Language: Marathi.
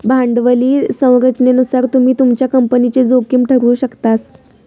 भांडवली संरचनेनुसार तुम्ही तुमच्या कंपनीची जोखीम ठरवु शकतास